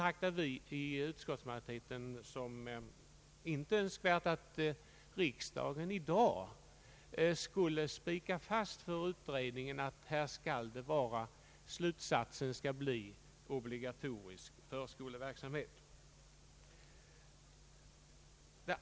Vi inom utskottsmajoriteten betraktar det inte som önskvärt att riksdagen i dag spikar fast för utredningen att slutsatsen skall bli obligatorisk förskoleverksamhet.